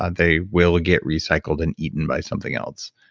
and they will get recycled and eaten by something else.